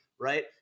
right